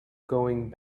going